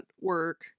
work